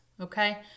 okay